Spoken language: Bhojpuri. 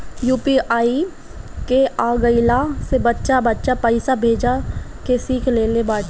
यू.पी.आई के आ गईला से बच्चा बच्चा पईसा भेजे के सिख लेले बाटे